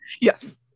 yes